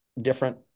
different